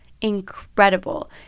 incredible